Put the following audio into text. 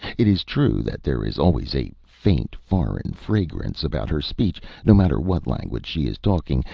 it is true that there is always a faint foreign fragrance about her speech, no matter what language she is talking,